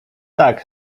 tak